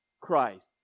christ